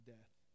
death